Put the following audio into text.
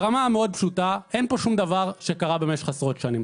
ברמה המאוד פשוטה אין כאן שום דבר שקרה במשך עשרות שנים.